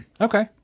Okay